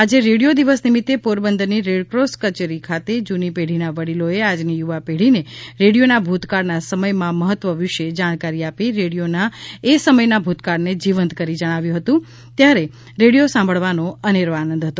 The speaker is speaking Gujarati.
આજે રેડિયો દિવસ નિમિત્તે પોરબંદરની રેડક્રોસ કચેરી ખાતે જૂની પેઢીના વડીલોએ આજની યુવા પેઢીને રેડિયોના ભૂતકાળના સમયમાં મહત્વ વિષે જાણકારી આપી રેડિયોના એ સમયના ભૂતકાળને જીવંત કરી જણાવ્યું હતું કે ત્યારે રેડિયો સાંભળવાનો અનેરો આનંદ હતો